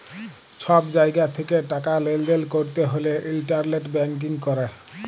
ছব জায়গা থ্যাকে টাকা লেলদেল ক্যরতে হ্যলে ইলটারলেট ব্যাংকিং ক্যরে